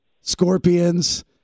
Scorpions